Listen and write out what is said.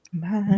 Bye